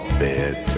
bed